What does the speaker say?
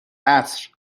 عصر